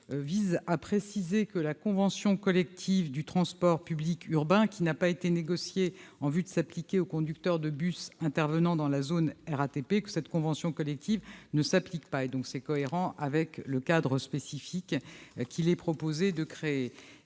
vise à préciser que la convention collective du transport public urbain, qui n'a pas été négociée en vue de s'appliquer aux conducteurs de bus intervenant dans la zone RATP, ne s'applique pas aux agents de la RATP, en cohérence avec le cadre spécifique qu'il est proposé de créer.